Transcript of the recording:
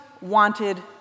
wanted